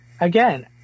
again